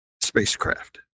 spacecraft